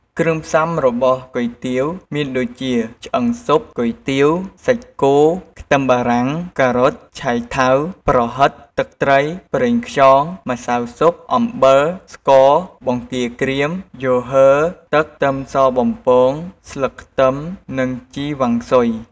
គ្រឿងផ្សំរបស់គុយទាវមានដូចជា ឆ្អឺងស៊ុប គុយទាវ សាច់គោ ខ្ទឹមបារាំង ការ៉ុត ឆៃថាវ ប្រហិត ទឹកត្រី ប្រេងខ្យង ម្សៅស៊ុប អំបិល ស្ករ បង្គាក្រៀម យូហឺ ទឹក ខ្ទឹមសបំពង ស្លឹកខ្ទឹម និងជីវ៉ាន់ស៊ុយ។